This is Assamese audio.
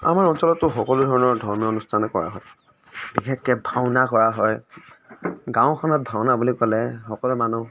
আমাৰ অঞ্চলতটো সকলো ধৰণৰ ধৰ্মীয় অনুষ্ঠানেই কৰা হয় বিশেষকৈ ভাওনা কৰা হয় গাঁওখনত ভাওনা বুলি ক'লে সকলো মানুহ